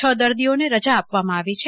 છ દર્દીઓને રજા આપવામાં આવી છે